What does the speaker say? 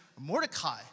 Mordecai